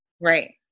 right